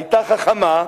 היתה חכמה,